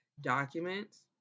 documents